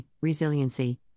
resiliency